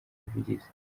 ubuvugizi